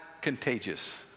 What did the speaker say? contagious